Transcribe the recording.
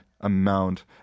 amount